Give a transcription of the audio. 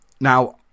Now